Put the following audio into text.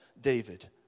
David